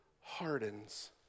hardens